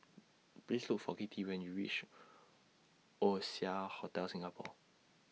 Please Look For Kitty when YOU REACH Oasia Hotel Singapore